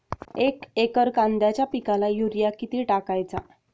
एक एकर कांद्याच्या पिकाला युरिया किती टाकायचा?